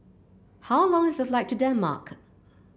how long is the flight to Denmark